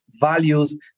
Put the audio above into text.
values